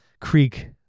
creek